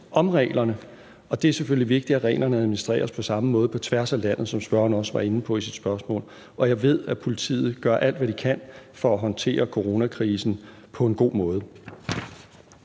om reglerne, og det er selvfølgelig vigtigt, at reglerne administreres på samme måde på tværs af landet, som spørgeren var inde på i sit spørgsmål. Og jeg ved, at politiet gør alt, hvad de kan for at håndtere coronakrisen på en god måde.